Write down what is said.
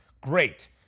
great